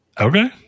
Okay